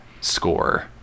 score